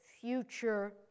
future